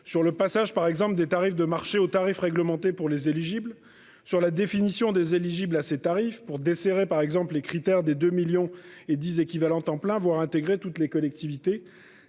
sur le passage par exemple des tarifs de marché aux tarifs réglementés pour les éligible sur la définition des éligibles à ces tarifs pour desserrer par exemple les critères des 2 millions et 10 équivalents temps plein voir intégrer toutes les collectivités.